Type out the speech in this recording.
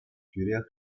тӳрех